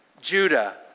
Judah